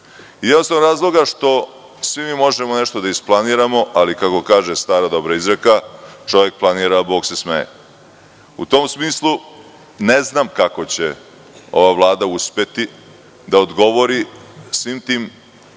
zbog toga, zato što svi mi možemo nešto da isplaniramo, ali kako kaže stara dobra izreka – čovek planira, a Bog se smeje. U tom smislu, ne znam kako će ova Vlada uspeti da odgovori svim tim